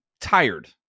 tired